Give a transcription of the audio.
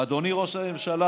אדוני ראש הממשלה,